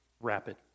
rapid